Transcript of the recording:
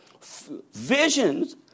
Visions